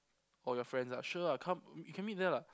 or your friends ah sure ah come we can meet there lah